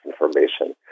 information